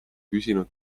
küsinud